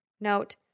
Note